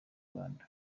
rwanda